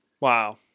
Wow